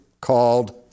called